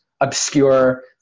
obscure